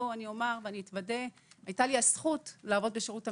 אני אתוודה שהיתה לי הזכות לעבוד בשירות המדינה,